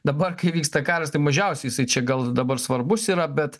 dabar kai vyksta karas tai mažiausiai jisai čia gal dabar svarbus yra bet